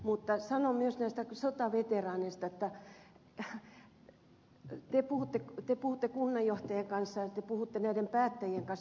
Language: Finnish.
mutta sanon myös näistä sotaveteraaneista että te puhutte kunnanjohtajan kanssa ja te puhutte näiden päättäjien kanssa